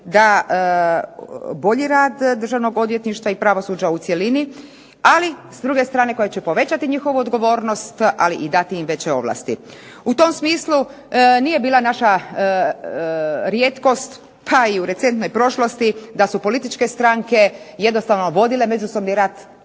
bolji rad Državnog odvjetništva i pravosuđa u cjelini. Ali s druge strane koje će povećati njihovu odgovornost ali i dati im veće ovlasti. U tom smislu nije bila naša rijetkost pa i u recentnoj prošlosti da su političke stranke jednostavno vodile međusobni rat